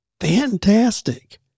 Fantastic